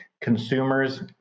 Consumers